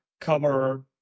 cover